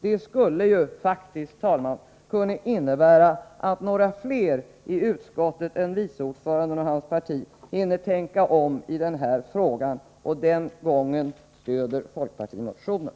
Det skulle, herr talman, kunna innebära att några fler i utskottet än vice ordföranden och hans partikamrater hinner tänka om i denna fråga och den gången stödjer folkpartimotionen.